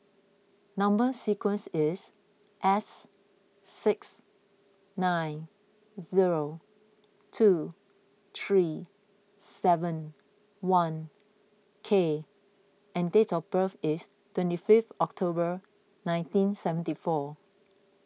Number Sequence is S six nine zero two three seven one K and date of birth is twenty fifth October nineteen seventy four